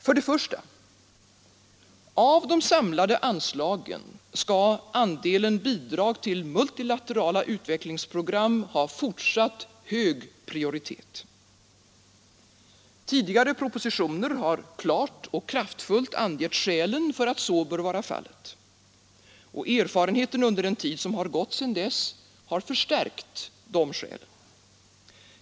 För det första: Av de samlade anslagen skall andelen bidrag till multilaterala utvecklingsprogram ha fortsatt hög prioritet. Tidigare propositioner har klart och kraftfullt angett skälen för att så bör vara fallet, och erfarenheten under den tid som gått sedan dess har förstärkt dessa skäl.